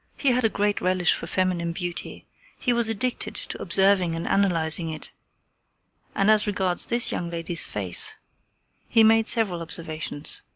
he had a great relish for feminine beauty he was addicted to observing and analyzing it and as regards this young lady's face he made several observations.